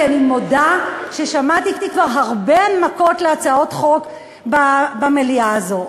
כי אני מודה ששמעתי כבר הרבה הנמקות להצעות חוק במליאה הזאת.